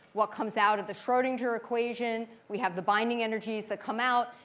what comes out of the schrodinger equation? we have the binding energies that come out.